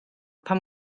pam